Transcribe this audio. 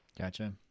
gotcha